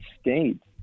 States